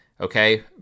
okay